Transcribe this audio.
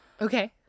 Okay